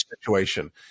situation